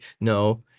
No